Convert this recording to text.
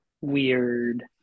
weird